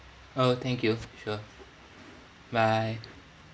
oh thank you sure bye